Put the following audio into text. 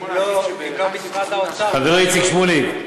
אם לא משרד האוצר, חברי איציק שמולי,